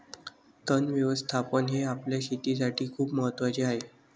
तण व्यवस्थापन हे आपल्या शेतीसाठी खूप महत्वाचे आहे